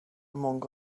among